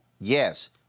Yes